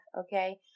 okay